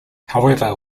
however